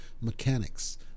mechanics